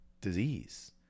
disease